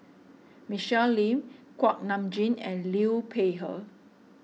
Michelle Lim Kuak Nam Jin and Liu Peihe